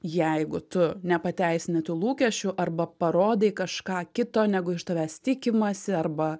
jeigu tu nepateisini tų lūkesčių arba parodai kažką kito negu iš tavęs tikimasi arba